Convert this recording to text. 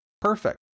Perfect